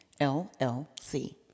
LLC